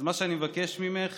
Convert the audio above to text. אז מה שאני מבקש ממך,